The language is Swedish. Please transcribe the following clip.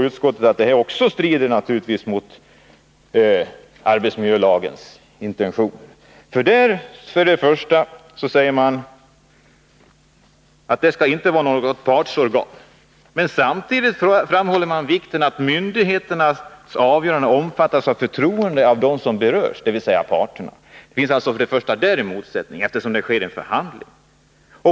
Utskottet säger att också det strider emot arbetsmiljölagens intentioner — yrkesinspektionen och arbetarskyddsstyrelsen skall inte vara några partsorgan. Men samtidigt framhåller man vikten av att myndigheternas avgöranden omfattas med förtroende av dem som berörs, dvs. parterna. Det finns alltså redan där en motsättning, eftersom det sker en förhandling.